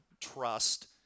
trust